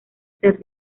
ser